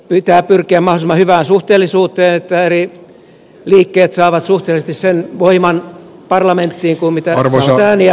pitää pyrkiä mahdollisimman hyvään suhteellisuuteen niin että eri liikkeet saavat parlamenttiin suhteellisesti saman voiman kuin mitä saavat ääniä